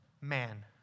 man